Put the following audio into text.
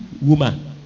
woman